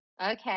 okay